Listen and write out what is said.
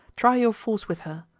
try your force with her.